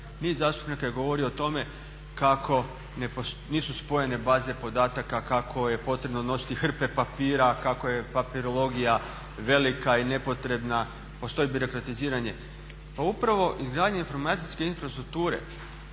Niz zastupnika je govorilo o tome kako nisu spojene baze podataka, kako je potrebno nositi hrpe papira, kako je papirologija velika i nepotrebna, postoji birokratiziranje. Pa upravo izgradnja informacijske infrastrukture